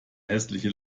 hässliche